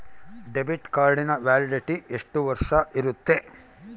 Debit ಕಾರ್ಡಿನ validity ಎಷ್ಟು ವರ್ಷ ಇರುತ್ತೆ?